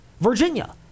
Virginia